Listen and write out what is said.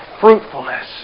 fruitfulness